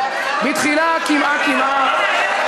בתחילה קמעה קמעה,